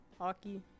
hockey